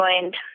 joined